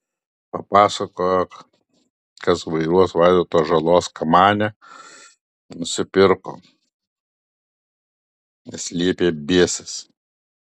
papasakojo kas vairuos vaidoto žalos kamanę nusipirko nes liepė biesas